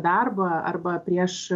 darbą arba prieš